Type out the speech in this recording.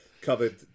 covered